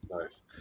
Nice